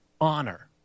honor